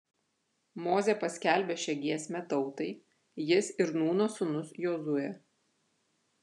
mozė paskelbė šią giesmę tautai jis ir nūno sūnus jozuė